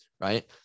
right